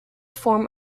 form